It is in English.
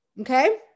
Okay